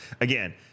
Again